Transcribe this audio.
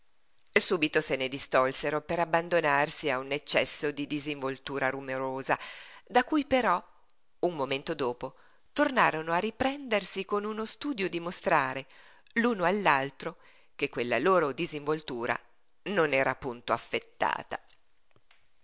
ebbrezza subito se ne distolsero per abbandonarsi a un eccesso di disinvoltura rumorosa da cui però un momento dopo tornarono a riprendersi con uno studio di mostrare l'uno all'altro che quella loro disinvoltura non era punto affettata